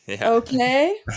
Okay